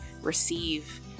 receive